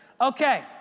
Okay